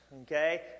okay